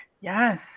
Yes